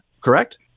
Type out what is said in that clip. Correct